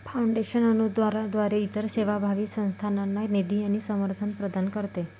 foundation अनुदानाद्वारे इतर सेवाभावी संस्थांना निधी आणि समर्थन प्रदान करते